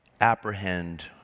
apprehend